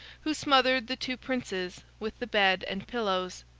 who smothered the two princes with the bed and pillows,